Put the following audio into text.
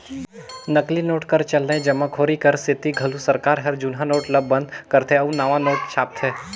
नकली नोट कर चलनए जमाखोरी कर सेती घलो सरकार हर जुनहा नोट ल बंद करथे अउ नावा नोट छापथे